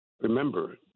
remember